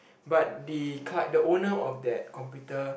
but the clie~ the owner of that computer